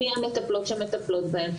מי המטפלות שמטפלות בהם.